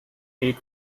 paid